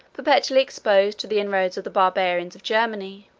perpetually exposed to the inroads of the barbarians of germany.